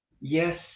Yes